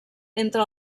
entre